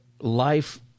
Life